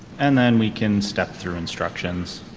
and then we can step through instructions.